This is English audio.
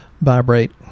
vibrate